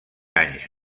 anys